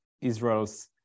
Israel's